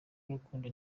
urukundo